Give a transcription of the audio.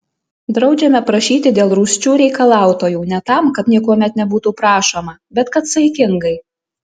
draudžiame prašyti dėl rūsčių reikalautojų ne tam kad niekuomet nebūtų prašoma bet kad saikingai